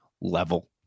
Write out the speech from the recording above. level